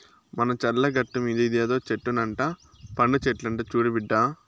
మన చర్ల గట్టుమీద ఇదేదో చెట్టు నట్ట పండు చెట్లంట చూడు బిడ్డా